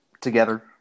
together